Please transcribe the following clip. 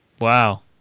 wow